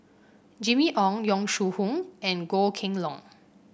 Jimmy Ong Yong Shu Hoong and Goh Kheng Long